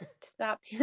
stop